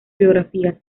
biografías